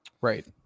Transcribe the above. Right